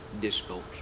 disposal